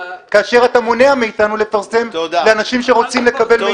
כאשר אתה מונע מאתנו לפרסם לאנשים שרוצים לקבל מידע.